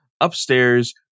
upstairs